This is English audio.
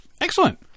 Excellent